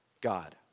God